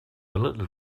little